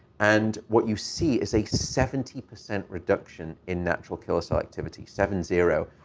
and what you see is a seventy percent reduction in natural killer cell activity, seven zero.